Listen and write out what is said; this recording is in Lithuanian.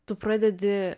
tu pradedi